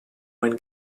when